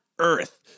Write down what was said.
earth